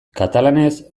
katalanez